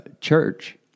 church